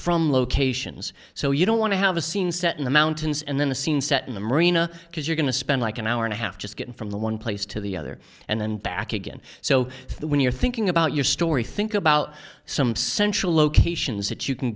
from locations so you don't want to have a scene set in the mountains and then the scene set in the marina because you're going to spend like an hour and a half just getting from the one place to the other and then back again so that when you're thinking about your story think about some central locations that you can